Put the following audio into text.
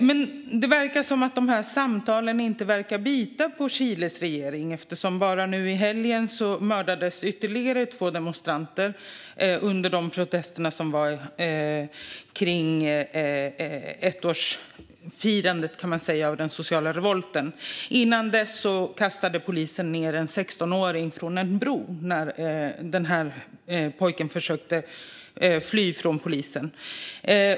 Men dessa samtal verkar inte bita på Chiles regering, eftersom ytterligare två demonstranter mördades bara i helgen under de protester som skedde med anledning av ettårsfirandet av den sociala revolten. Innan dess kastade polisen ned en 16-årig pojke från en bro när han försökte fly från dem.